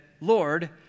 Lord